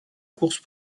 course